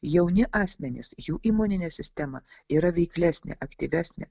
jauni asmenys jų imuninė sistema yra veiklesnė aktyvesnė